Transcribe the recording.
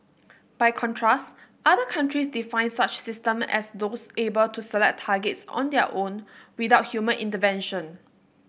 by contrast other countries define such system as those able to select targets on their own without human intervention